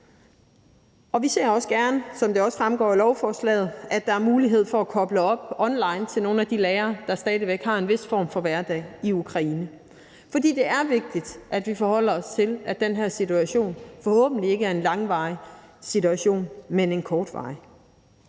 Vi ser også gerne, som det også fremgår af lovforslaget, at der er mulighed for at koble op online til nogle af de lærere, der stadig væk har en vis form for hverdag i Ukraine. For det er vigtigt, at vi forholder os til, at den her situation forhåbentlig ikke er en langvarig situation, men en kortvarig.